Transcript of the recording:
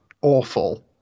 awful